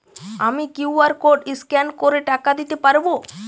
আমি QR code scan করে টাকা দিতে পারবো?